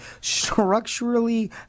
structurally